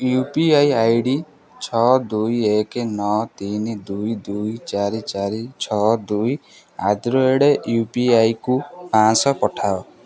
you P I I D ଛଅ ଦୁଇ ଏକ ନଅ ତିନି ଦୁଇ ଦୁଇ ଚାରି ଚାରି ଛଅ ଦୁଇ ଆଟ୍ ଦ ରେଟ୍ ୟୁପିଆଇକୁ ପାଞ୍ଚଶହ ପଠାଅ